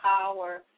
power